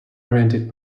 oriented